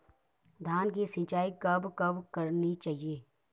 धान की सिंचाईं कब कब करनी चाहिये?